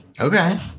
Okay